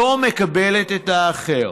שלא מקבלת את האחר.